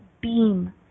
BEAM